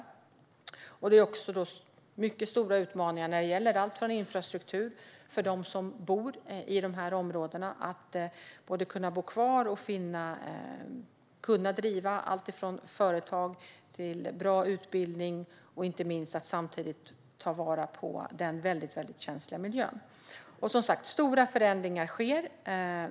Utmaningarna är också mycket stora när det gäller infrastruktur för dem som bor i dessa områden så att de kan bo kvar, driva företag och få bra utbildning, samtidigt som den väldigt känsliga miljön tas till vara. Stora förändringar sker, som sagt.